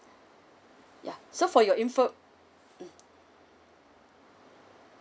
yup so for your information mm